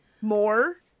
More